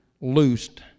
loosed